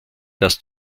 das